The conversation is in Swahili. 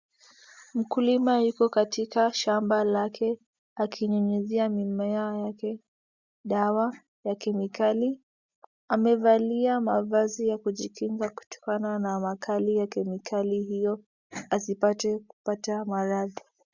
Mkulima yuko katika shamba lake akinyunyizia mimea yake dawa ya kemikali. Amevalia mavazi ya kujikinga kutokana na makali ya kemikali hiyo asipate kupata maradhi.